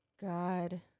God